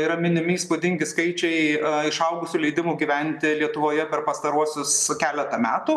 yra minimi įspūdingi skaičiai išaugusių leidimų gyventi lietuvoje per pastaruosius keletą metų